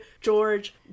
George